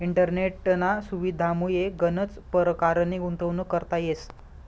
इंटरनेटना सुविधामुये गनच परकारनी गुंतवणूक करता येस